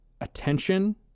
attention